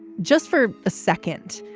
just for a second.